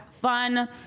fun